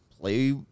play